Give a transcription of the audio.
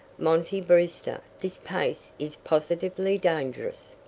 monty brewster, this pace is positively dangerous.